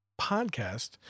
podcast